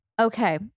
Okay